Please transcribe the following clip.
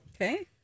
Okay